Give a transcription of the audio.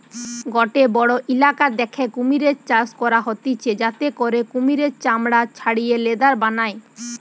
গটে বড়ো ইলাকা দ্যাখে কুমির চাষ করা হতিছে যাতে করে কুমিরের চামড়া ছাড়িয়ে লেদার বানায়